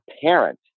parent